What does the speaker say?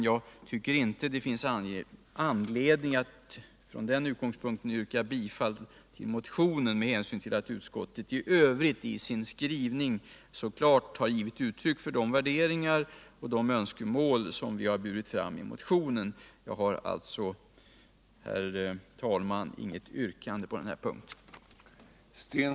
Jag tycker dock inte att det finns anledning att från den utgångspunkten yrka bifall till motionen, med hänsyn till att utskottet i övrigt i sin skrivning så klart givit uttryck för de värderingar och önskemål som vi har burit fram i motionen. Jag har alltså, herr talman, inget yrkande på den här punkten.